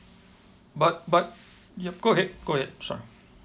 but but yup go ahead go ahead sorry